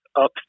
up